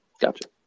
gotcha